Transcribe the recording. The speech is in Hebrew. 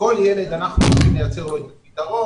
לכל ילד אנחנו נייצר פתרון.